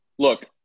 Look